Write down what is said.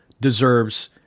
deserves